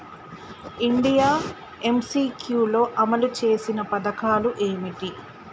India MCQ లో అమలు చేసిన పథకాలు ఏమిటి?